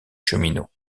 cheminots